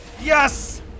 Yes